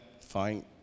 Fine